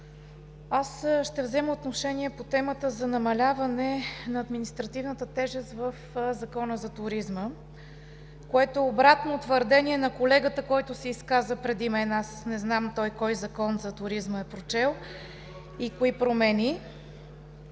Аз ще взема отношение по темата за намаляване на административната тежест в Закона за туризма, което е обратно твърдение на колегата, който се изказа преди мен. Не знам кой Закон за туризма е прочел и кои промени.